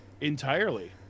Entirely